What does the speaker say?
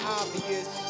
obvious